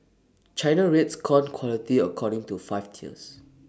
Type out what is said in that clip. China rates corn quality according to five tears